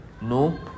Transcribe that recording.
no